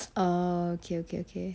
okay okay okay